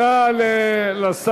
אבל,